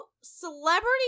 celebrity